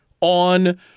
on